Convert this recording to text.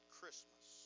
Christmas